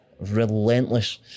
Relentless